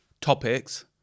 topics